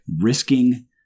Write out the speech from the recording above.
risking